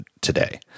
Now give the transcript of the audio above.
today